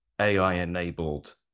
AI-enabled